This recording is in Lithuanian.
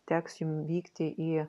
teks jum vykti į